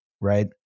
right